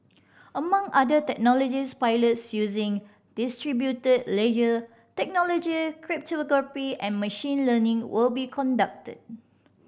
among other technologies pilots using distributed ledger technology cryptography and machine learning will be conducted